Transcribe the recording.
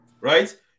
right